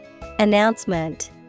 Announcement